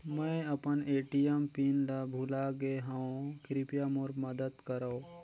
मैं अपन ATM PIN ल भुला गे हवों, कृपया मोर मदद करव